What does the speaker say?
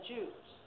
Jews